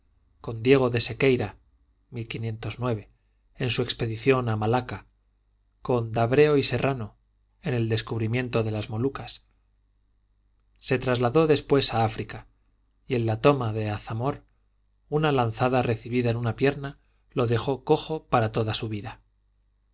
con diego de sequeira en su expedición a malaca con dahreo y serrano en el descubrimiento de las molucas se trasladó después a áfrica y en la toma de azamor una lanzada recibida en una pierna lo dejó cojo para toda su vida